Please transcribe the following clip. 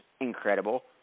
incredible